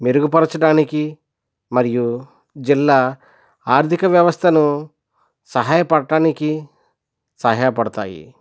మెరుగుపరచడానికి మరియు జిల్లా ఆర్థిక వ్యవస్థను సహాయపడటానికి సహాయపడతాయి